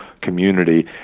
community